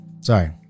Sorry